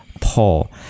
paul